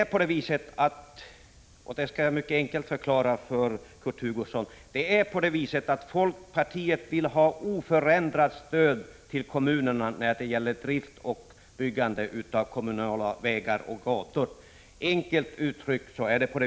Det kan uttryckas mycket enkelt, Kurt Hugosson — folkpartiet vill ha oförändrat stöd till kommunerna för drift och byggande av kommunala vägar och gator.